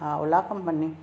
हा ओला कंपनी